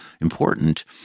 important